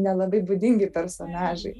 nelabai būdingi personažai